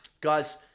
guys